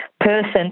person